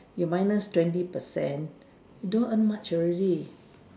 you minus twenty percent you don't earn much already